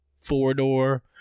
four-door